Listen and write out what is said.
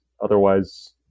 otherwise